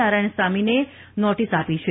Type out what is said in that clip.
નારાયણ સામીને નોટીસ આપી છે